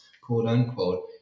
quote-unquote